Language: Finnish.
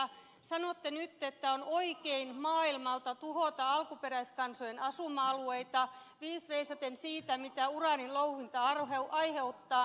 sanotte nyt että on oikein maailmalta tuhota alkuperäiskansojen asuma alueita viis veisaten siitä mitä uraanin louhinta aiheuttaa